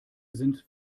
sind